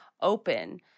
open